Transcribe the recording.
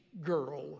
girl